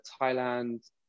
Thailand